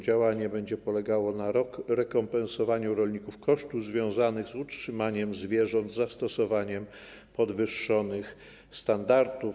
Działanie będzie polegało na rekompensowaniu rolnikom kosztów związanych z utrzymaniem zwierząt, zastosowaniem podwyższonych standardów.